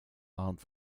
armed